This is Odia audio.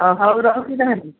ଓ ହଉ ରହୁଛି ତାହେଲେ